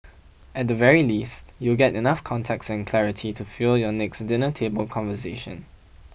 at the very least you'll get enough context and clarity to fuel your next dinner table conversation